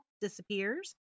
disappears